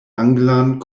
anglan